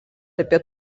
apie